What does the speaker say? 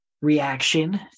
reaction